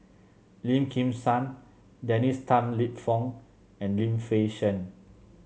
Lim Kim San Dennis Tan Lip Fong and Lim Fei Shen